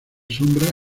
sombra